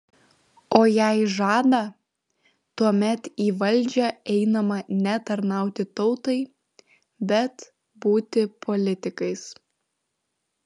o jei žada tuomet į valdžią einama ne tarnauti tautai bet būti politikais